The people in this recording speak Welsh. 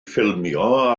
ffilmio